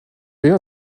est